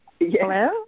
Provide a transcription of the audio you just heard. Hello